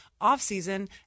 offseason